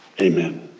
amen